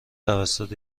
توسط